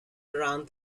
around